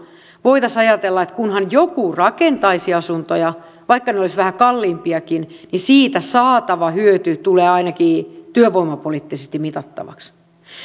voitaisiin ajatella että kunhan joku rakentaisi asuntoja vaikka ne olisivat vähän kalliimpiakin niin siitä saatava hyöty tulee ainakin työvoimapoliittisesti mitattavaksi